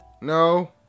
No